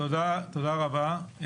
תודה רבה.